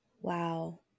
Wow